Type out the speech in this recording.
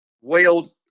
wailed